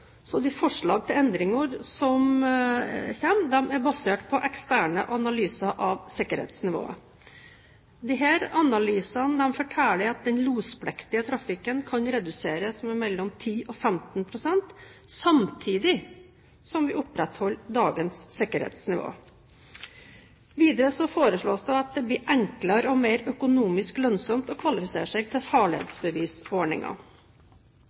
så de forslag til endringer som kommer, er basert på eksterne analyser av sikkerhetsnivået. Disse analysene forteller at den lospliktige trafikken kan reduseres med mellom 10–15 pst. samtidig som vi opprettholder dagens sikkerhetsnivå. Videre foreslås det at det blir enklere og mer økonomisk lønnsomt å kvalifisere seg til